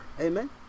Amen